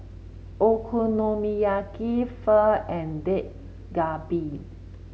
Okonomiyaki Pho and Dak Galbi